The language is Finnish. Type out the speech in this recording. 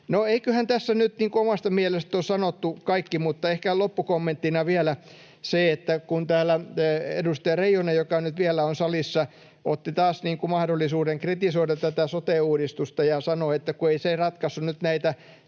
eiköhän tässä nyt omasta mielestä ole sanottu kaikki, mutta ehkä loppukommenttina vielä siitä, kun täällä edustaja Reijonen, joka nyt vielä on salissa, otti taas mahdollisuuden kritisoida sote-uudistusta ja sanoi, että ei se ratkaissut nyt näitä